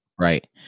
Right